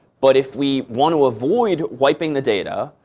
but if we want to avoid wiping the data,